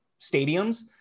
stadiums